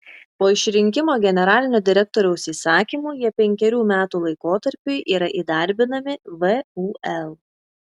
po išrinkimo generalinio direktoriaus įsakymu jie penkerių metų laikotarpiui yra įdarbinami vul